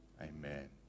Amen